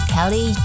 Kelly